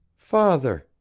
father,